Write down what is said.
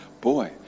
boy